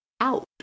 out